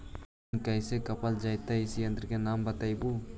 जमीन कैसे मापल जयतय इस यन्त्र के नाम बतयबु?